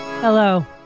Hello